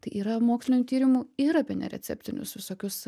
tai yra mokslinių tyrimų ir apie nereceptinius visokius